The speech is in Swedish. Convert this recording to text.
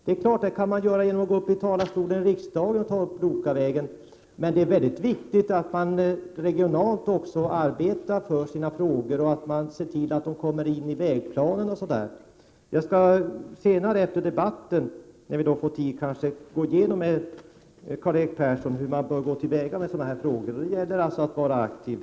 Man kan naturligtvis göra något genom att gå upp i talarstolen i riksdagen och tala om Lokavägen. Men det är viktigt att man lokalt arbetar för sina frågor och ser till att vägen kommer in i vägplanen osv. Jag skall senare, efter debatten, när vi får tid, gå igenom med Karl-Erik Persson hur man bör gå till väga med sådana här frågor. Det gäller att vara aktiv.